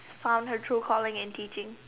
found her true calling in teaching